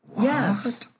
Yes